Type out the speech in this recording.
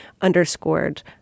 underscored